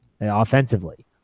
offensively